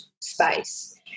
space